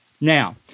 Now